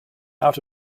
out